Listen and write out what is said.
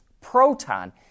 Proton